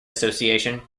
association